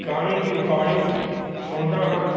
ਗਾਣੇ ਦੀ ਰਿਕਾਰਡਿੰਗ ਸੁਣਦਾ ਹਾਂ